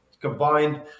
combined